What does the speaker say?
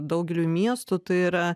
daugeliui miestų tai yra